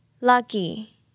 Lucky